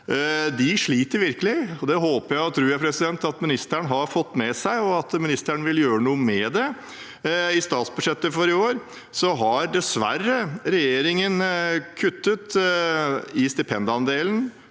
De sliter virkelig. Det håper og tror jeg at ministeren har fått med seg, og at ministeren vil gjøre noe med. I statsbudsjettet for i år har regjeringen dessverre kuttet i stipendandelen